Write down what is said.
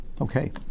Okay